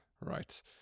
Right